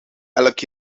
elk